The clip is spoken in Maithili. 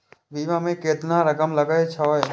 बीमा में केतना रकम लगे छै?